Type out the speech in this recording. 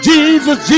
Jesus